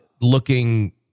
looking